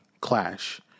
clash